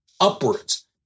upwards